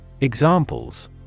Examples